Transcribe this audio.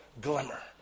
Glimmer